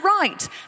right